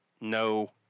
no